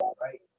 right